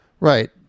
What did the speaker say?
Right